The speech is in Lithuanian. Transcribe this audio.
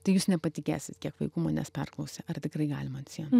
tai jūs nepatikėsit kiek vaikų manęs perklausė ar tikrai galima ant sienų